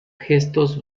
gestos